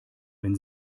wenn